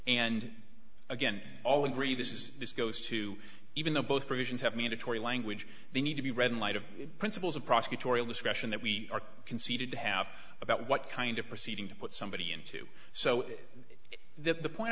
and again all agree this is this goes to even though both provisions have mandatory language they need to be read in light of the principles of prosecutorial discretion that we are conceded to have about what kind of proceeding to put somebody into so th